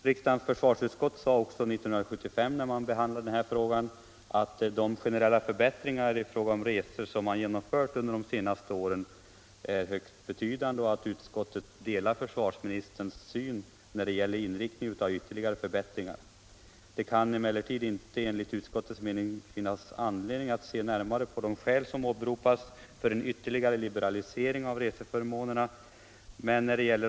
Riksdagens försvarsutskott sade också när denna fråga behandlades 1975: "De generella förbättringar i fråga om resor som har genomförts under senare år är högst betydande och utskottet delar försvarsministerns syn när det gäller inriktningen av ytterligare förbättringar. Det kan emellertid enligt utskottets mening finnas anledning att se närmare på de skäl som åberopas för en ytterligare liberalisering av reseförmånerna generellt sett.